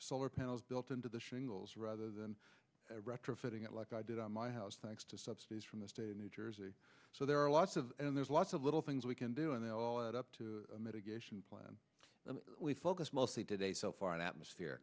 solar panels built into the shingles rather than retrofitting it like i did on my house thanks to subsidies from the state of new jersey so there are lots of and there's lots of little things we can do and they all add up to a mitigation plan and we focus mostly today so far on atmosphere